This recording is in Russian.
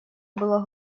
было